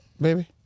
baby